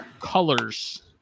Colors